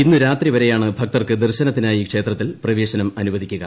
ഇന്നു രാത്രി വരെയാണ് ഭക്തർക്ക് ദർശനത്തിനായി ക്ഷേത്രത്തിൽ പ്രവേശനം അനുവദിക്കുക